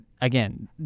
Again